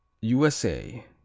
USA